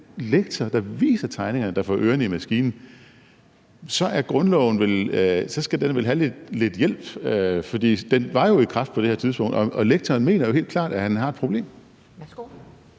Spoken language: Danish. lektor, der viser tegningerne, der få ørerne i maskinen. Så skal grundloven vel have lidt hjælp, for den var jo i kraft på det her tidspunkt, og lektoren mener helt klart, at han har et problem.